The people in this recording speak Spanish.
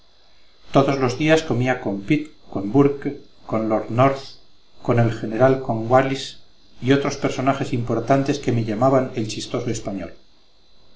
todos los días comía con pitt con burke con lord north con el general conwallis y otros personajes importantes que me llamaban el chistoso español